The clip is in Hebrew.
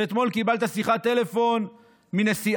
שאתמול קיבלת שיחת טלפון מנשיאה,